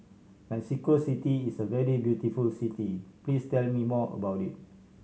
Mexico City is a very beautiful city please tell me more about it